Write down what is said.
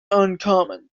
uncommon